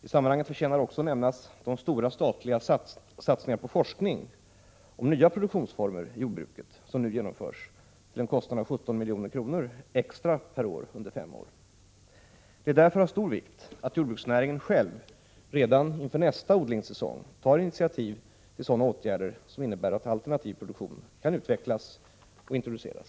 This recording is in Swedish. I sammanhanget förtjänar också att nämnas de stora statliga satsningar på forskning om nya produktionsformer i jordbruket som nu genomförs till en kostnad av 17 milj.kr. extra per år under fem år. Det är därför av stor vikt att jordbruksnäringen själv redan inför nästa 93 odlingssäsong tar initiativ till sådana åtgärder som innebär att alternativ produktion kan utvecklas och introduceras.